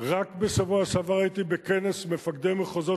רק בשבוע שעבר הייתי בכנס מפקדי מחוזות